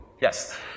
Yes